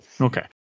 Okay